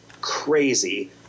crazy